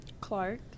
Clark